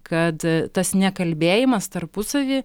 kad tas nekalbėjimas tarpusavy